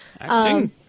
Acting